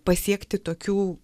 pasiekti tokių